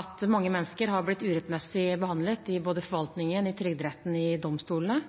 at mange mennesker har blitt urettmessig behandlet i både forvaltningen, Trygderetten og domstolene.